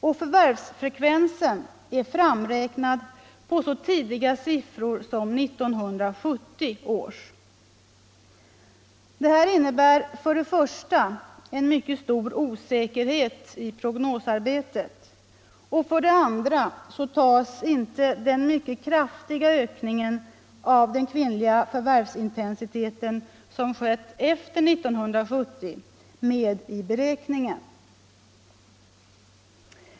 Och förvärvsfrekvensen är framräknad på så tidigt material som 1970 års siffror. Detta innebär för det första en mycket stor osäkerhet i prognosarbetet. För det andra tas inte den mycket kraftiga ökning i den kvinnliga förvärvsintensiteten som skett efter 1970 med i beräkningen.